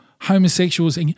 homosexuals –